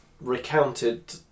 recounted